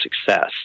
success